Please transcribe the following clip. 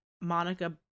Monica